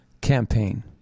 campaign